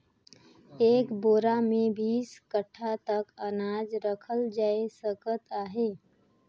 एक बोरा मे बीस काठा तक अनाज रखल जाए सकत अहे